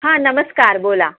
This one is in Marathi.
हां नमस्कार बोला